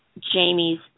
Jamie's